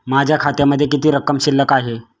माझ्या खात्यामध्ये किती रक्कम शिल्लक आहे?